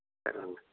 சரி வாங்க